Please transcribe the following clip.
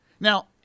Now